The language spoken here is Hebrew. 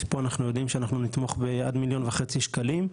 אז פה אנחנו יודעים שאנחנו נתמוך עד 1.5 שקלים,